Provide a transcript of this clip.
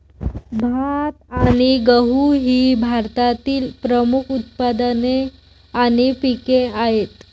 भात आणि गहू ही भारतातील प्रमुख उत्पादने आणि पिके आहेत